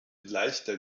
leichter